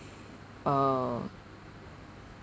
uh